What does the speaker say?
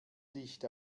licht